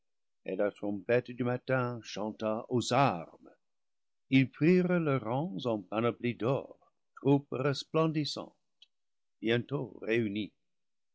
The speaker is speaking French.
et la trompette du matin chanta aux armes ils prirent leurs rangs en panoplie d'or troupe resplendissante bientôt réunie